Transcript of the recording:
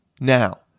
Now